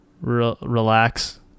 relax